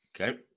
Okay